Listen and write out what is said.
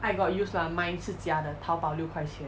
I got use lah mine 是假的淘宝六块钱